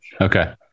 Okay